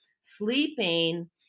sleeping